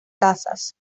casas